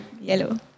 Yellow